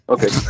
Okay